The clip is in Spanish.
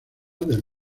del